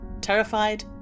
terrified